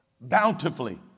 bountifully